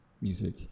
music